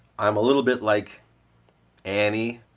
i'm a little bit like annie,